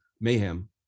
mayhem